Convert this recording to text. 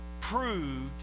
proved